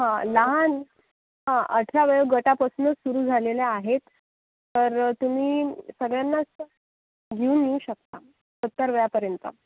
हा लहान हा अठरा वयोगटापासूनच सुरु झालेलं आहेत तर तुम्ही सगळ्यांनाच घेऊन येऊ शकता सत्तर वयापर्यंत